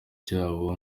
cyabo